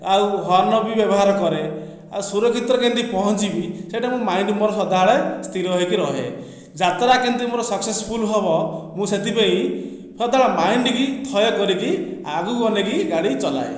ଆଉ ହର୍ନର ବି ବ୍ୟବହାର କରେ ଆଉ ସୁରକ୍ଷିତରେ କେମିତି ପହଞ୍ଚିବି ସେ'ଟା ମୋ' ମାଇଣ୍ଡ ମୋ'ର ସଦାବେଳେ ସ୍ଥିର ହୋଇକି ରହେ ଯାତରା କେମିତି ମୋ'ର ସକ୍ସେସଫୁଲ ହେବ ମୁଁ ସେଥିପାଇଁ ସଦାବେଳେ ମାଇଣ୍ଡକୁ ଥୟ କରିକି ଆଗକୁ ଅନେଇକି ଗାଡ଼ି ଚଲାଏ